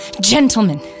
Gentlemen